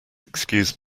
excuse